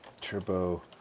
Turbo